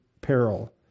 peril